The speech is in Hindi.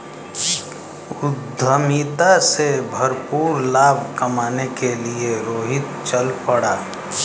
उद्यमिता से भरपूर लाभ कमाने के लिए रोहित चल पड़ा